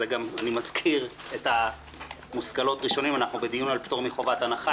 אני מזכיר שאנחנו בדיון על פטור מחובת הנחה,